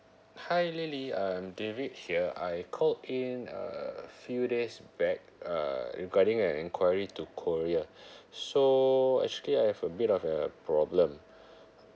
hi lily I'm david here I called in a few days back uh regarding an enquiry to korea so actually I have a bit of a problem